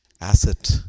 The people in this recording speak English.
asset